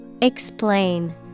Explain